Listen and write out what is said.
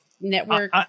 network